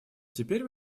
теперь